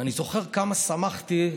ואני זוכר כמה שמחתי,